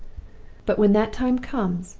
but when that time comes,